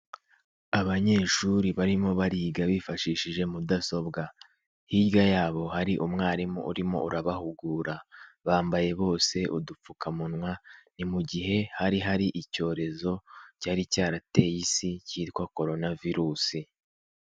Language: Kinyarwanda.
Abanyeshuri barimo bariga bifashishije mudasobwa, hirya yabo hari umwarimu urimo urabahugura bambaye bose udupfukamunwa ni mu gihe hari hari icyorezo cyari cyarateye Isi cyitwa Koronavirusi.